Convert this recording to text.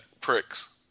pricks